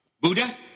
Buddha